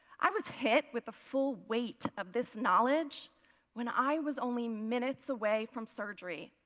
i was hit with the full weight of this knowledge when i was only minutes away from surgery.